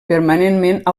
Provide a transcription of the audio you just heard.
permanentment